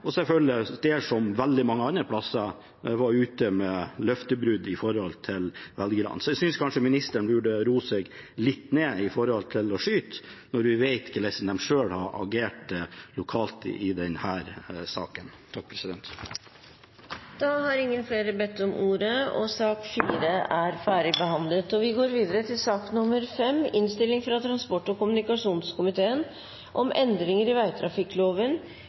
og selvfølgelig: Der, som på veldig mange andre plasser, var de ute med løftebrudd overfor velgerne. Så jeg synes kanskje ministeren burde roe seg litt ned når det gjelder å skyte, når vi vet hvordan partiet hans selv har agert lokalt i denne saken. Flere har ikke bedt om ordet til sak nr. 4. Etter ønske fra transport- og kommunikasjonskomiteen vil presidenten foreslå at taletiden blir begrenset til 5 minutter til hver partigruppe og